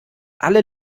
alle